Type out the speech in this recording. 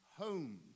home